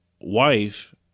wife